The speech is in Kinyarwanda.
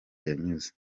yanzuye